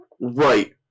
Right